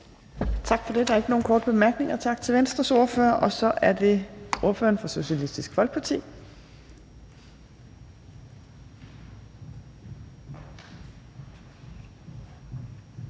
Tak for det. Der er ikke nogen korte bemærkninger. Tak til Enhedslistens ordfører. Og så er det Det Konservative Folkepartis